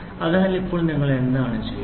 അതിനാൽ ഇപ്പോൾ നിങ്ങൾ എന്താണ് ചെയ്യുന്നത്